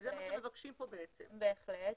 בהחלט.